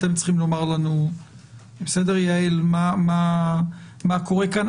יעל, אתם צריכים לומר לנו מה קורה כאן.